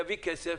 הוא יביא כסף,